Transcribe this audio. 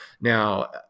now